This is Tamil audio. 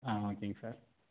ஆ ஓகேங்க சார்